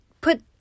put